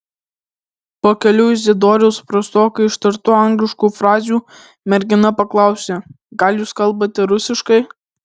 po kelių izidoriaus prastokai ištartų angliškų frazių mergina paklausė gal jūs kalbate rusiškai